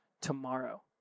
tomorrow